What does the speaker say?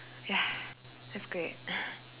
ya that's great